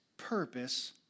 purpose